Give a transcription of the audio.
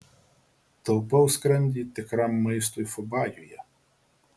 taupau skrandį tikram maistui fubajuje